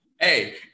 Hey